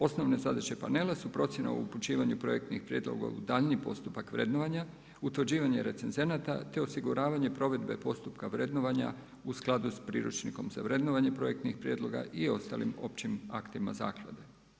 Osnovne zadaće panela su procjena o upućivanju projektnih prijedloga u daljnji postupak vrednovanja, utvrđivanje recezenata te osiguravanje provedbe postupka vrednovanja u skladu sa priručnikom za vrednovanje projektnih prijedloga i ostalim općim aktima zaklade.